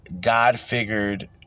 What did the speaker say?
God-figured